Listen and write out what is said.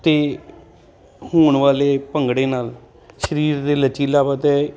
ਅਤੇ ਹੋਣ ਵਾਲੇ ਭੰਗੜੇ ਨਾਲ ਸਰੀਰ ਦੇ ਲਚੀਲਾ ਅਤੇ